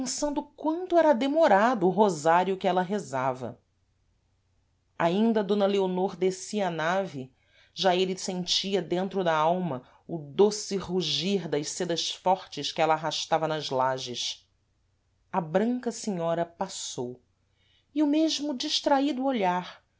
pensando quanto era demorado o rosário que ela rezava ainda d leonor descia a nave já êle sentia dentro da alma o doce rugir das sedas fortes que ela arrastava nas lages a branca senhora passou e o mesmo distraido olhar